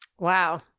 Wow